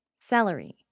Celery